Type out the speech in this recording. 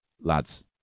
lads